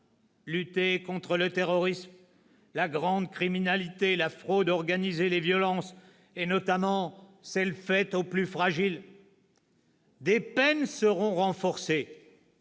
lutter contre le terrorisme, la grande criminalité, la fraude organisée, les violences et notamment celles faites aux plus fragiles. Des peines seront renforcées